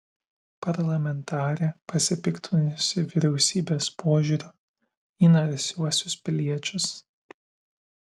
parlamentarė pasipiktinusi vyriausybės požiūriu į narsiuosius piliečius